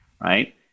right